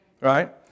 right